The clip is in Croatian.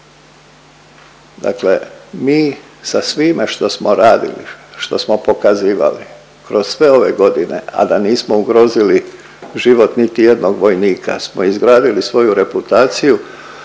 Dakle, mi sa svime što smo radili, što smo pokazivali kroz sve ove godine, a da nismo ugrozili život niti jednog vojnika smo izgradili svoju reputaciju